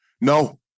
no